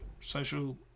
social